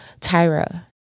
Tyra